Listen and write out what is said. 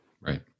Right